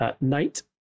night